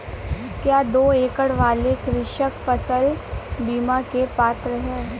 क्या दो एकड़ वाले कृषक फसल बीमा के पात्र हैं?